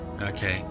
okay